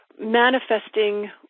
manifesting